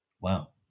Wow